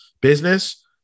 business